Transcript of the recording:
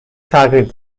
تغییر